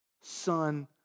son